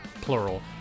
plural